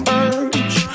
urge